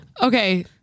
Okay